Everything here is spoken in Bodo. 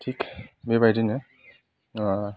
थिग बेबायदिनो